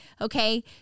Okay